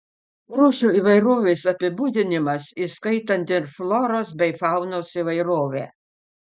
rūšių įvairovės apibūdinimas įskaitant ir floros bei faunos įvairovę